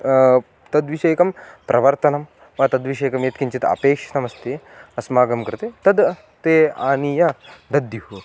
तद्विषयकं प्रवर्तनं वा तद्विषयकं यत्किञ्चित् अपेक्षितमस्ति अस्माकं कृते तत् ते आनीय दद्युः